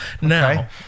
now